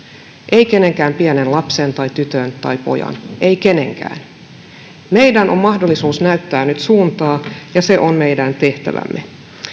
ei kenenkään pienen lapsen tytön tai pojan ei kenenkään meillä on mahdollisuus näyttää nyt suuntaa ja se on meidän tehtävämme